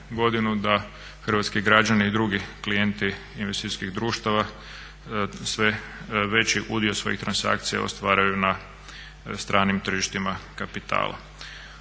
da hrvatski građani i drugi klijenti investicijskih društava sve veći udio svojih transakcija ostvaruju na stranim tržištima kapitala.